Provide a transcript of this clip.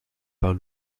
pas